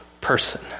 person